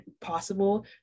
possible